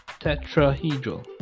Tetrahedral